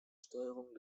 steuerung